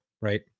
right